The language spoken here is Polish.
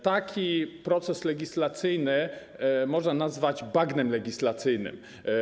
Taki proces legislacyjny można nazwać bagnem legislacyjnym.